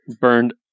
Burned